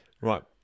Right